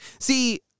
See